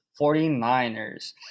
49ers